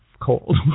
cold